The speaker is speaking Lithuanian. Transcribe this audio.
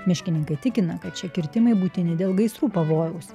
miškininkai tikina kad šie kirtimai būtini dėl gaisrų pavojaus